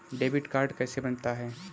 Debit card कैसे बनता है?